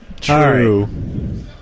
True